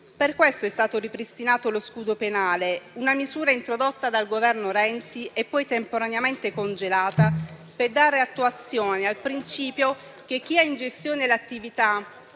Per questo è stato ripristinato lo scudo penale, una misura introdotta dal Governo Renzi e poi temporaneamente congelata per dare attuazione al principio che chi ha in gestione l'attività